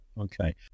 Okay